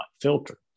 filter